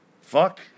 fuck